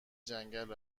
جنگلی